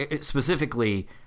specifically